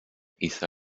hizo